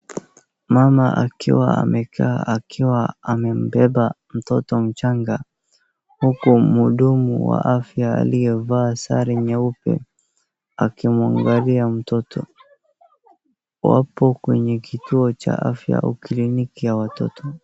Mama akiwa amekaa akiwa amembeba mtoto mchanga huku mhudumu wa afya aliyevaa sare nyeupe akimwangalia mtoto wapo kwenye kituo cha afya au clinic ya watoto.